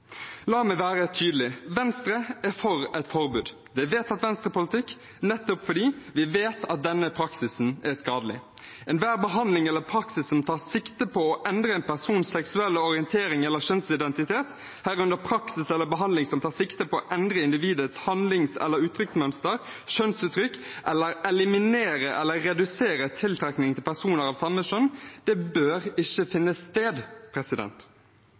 La meg være tydelig: Venstre er for et forbud. Det er vedtatt Venstre-politikk, nettopp fordi vi vet at denne praksisen er skadelig. Enhver behandling eller praksis som tar sikte på å endre en persons seksuelle orientering eller kjønnsidentitet, herunder praksis eller behandling som tar sikte på å endre individets handlings- eller uttrykksmønster, kjønnsuttrykk eller eliminere eller redusere tiltrekning til personer av samme kjønn, bør ikke finne sted.